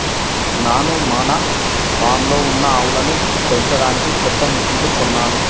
నాను మన ఫామ్లో ఉన్న ఆవులను పెంచడానికి కొత్త మిషిన్లు కొన్నాను